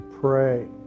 pray